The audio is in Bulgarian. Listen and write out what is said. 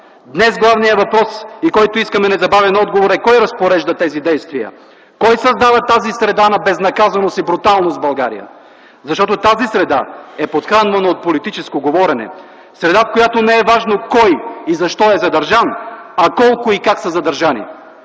Днес главният въпрос, на който искаме незабавен отговор, е: кой разпорежда тези действия, кой създава тази среда на безнаказаност и бруталност в България? Защото тази среда е подхранвана от политическо говорене – среда, в която не е важно кой и защо е задържан, а колко и как са задържани.